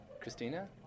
Christina